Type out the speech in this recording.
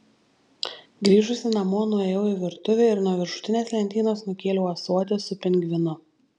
grįžusi namo nuėjau į virtuvę ir nuo viršutinės lentynos nukėliau ąsotį su pingvinu